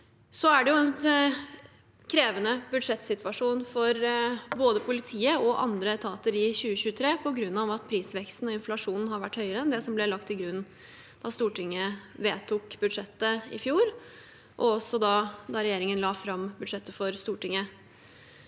Det er en krevende budsjettsituasjon for både politiet og andre etater i 2023, på grunn av at prisveksten og inflasjonen har vært høyere enn det som ble lagt til grunn da Stortinget vedtok budsjettet i fjor, og også da regjeringen la fram budsjettet for Stortinget.